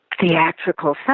theatrical